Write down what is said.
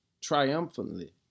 triumphantly